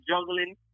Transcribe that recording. juggling